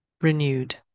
renewed